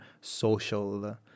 social